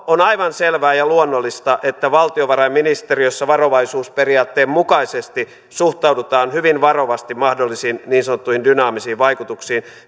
on aivan selvää ja luonnollista että valtiovarainministeriössä varovaisuusperiaatteen mukaisesti suhtaudutaan hyvin varovasti mahdollisiin niin sanottuihin dynaamisiin vaikutuksiin